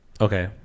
Okay